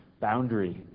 boundary